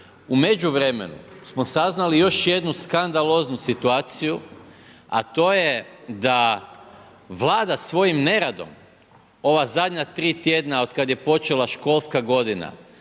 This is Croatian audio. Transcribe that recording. U međuvremenu smo saznali još jednu skandaloznu situaciju, a to je da Vlada svojim neradom ova zadnja 3 tjedna od kad je počela školska godina